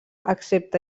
excepte